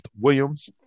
Williams